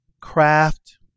craft